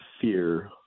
fear